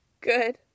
Good